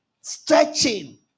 Stretching